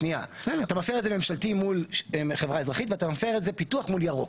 אתה מפר את זה ממשלתי מול חברה אזרחית ואתה מפר את זה פיתוח מול ירוק.